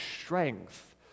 strength